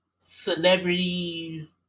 Celebrity